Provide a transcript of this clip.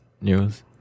news